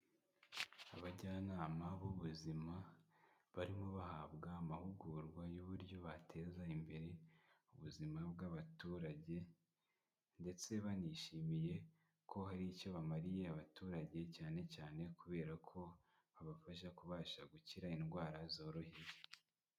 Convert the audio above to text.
Abajyanama b'ubuzima barimo bahabwa amahugurwa y'uburyo bateza imbere ubuzima bw'abaturage ndetse banishimiye ko hari icyo bamariye abaturage cyane cyane kubera ko babafasha kubasha gukira indwara zoroheje.